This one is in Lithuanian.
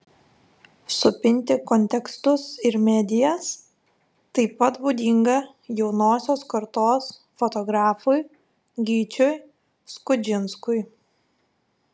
supinti kontekstus ir medijas taip pat būdinga jaunosios kartos fotografui gyčiui skudžinskui